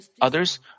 others